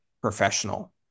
professional